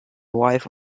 wife